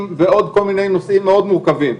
ועוד כל מיני נושאים מאוד מורכבים.